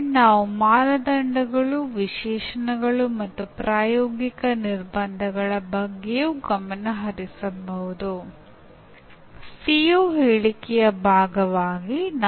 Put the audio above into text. ಇದು ಸ್ವಯಂ ನಿರ್ಧರಿಸಿದ ಕಲಿಕೆಯ ಅಧ್ಯಯನವಾಗಿದೆ